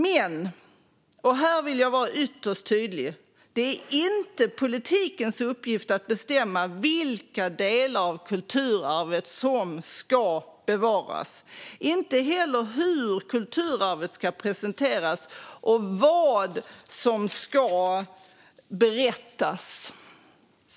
Men, och här vill jag vara ytterst tydlig, det är inte politikens uppgift att bestämma vilka delar av kulturarvet som ska bevaras och inte heller hur kulturarvet ska presenteras och vad som ska berättas.